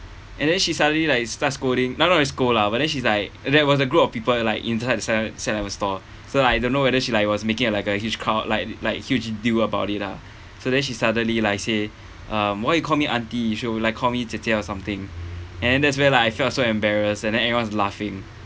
and then she suddenly like start scolding not not really scold lah but then she's like there was a group of people like inside set set up a store so I don't know whether she like was making like a huge crowd like like huge deal about it lah so then she suddenly like say um why you call me auntie you she were like call me jie jie or something and then that's where like I felt so embarrassed and then everyone's laughing